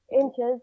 Inches